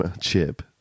chip